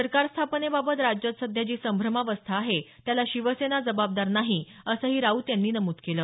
सरकार स्थापनेबाबत राज्यात सध्या जी संभ्रमावस्था आहे त्याला शिवसेना जबाबदार नाही असंही राऊत यांनी नमूद केल